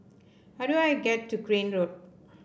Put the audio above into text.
how do I get to Crane Road